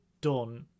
done